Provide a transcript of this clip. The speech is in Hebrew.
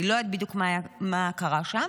אני לא יודעת בדיוק מה קרה שם,